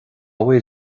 bhfuil